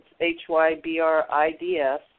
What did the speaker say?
H-Y-B-R-I-D-S